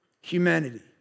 Humanity